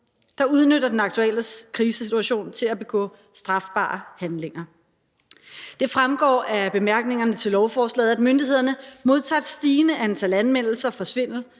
der udnytter den aktuelle krisesituation til at begå strafbare handlinger. Det fremgår af bemærkningerne til lovforslaget, at myndighederne modtager et stigende antal anmeldelser om svindel